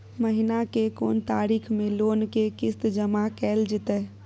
महीना के कोन तारीख मे लोन के किस्त जमा कैल जेतै?